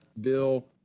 bill